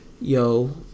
Yo